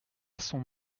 son